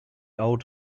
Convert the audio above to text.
old